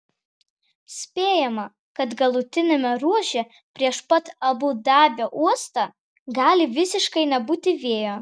spėjama kad galutiniame ruože prieš pat abu dabio uostą gali visiškai nebūti vėjo